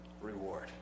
reward